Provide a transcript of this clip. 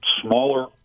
smaller